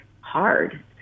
hard